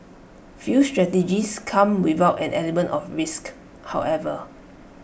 few strategies come without an element of risk however